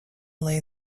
lay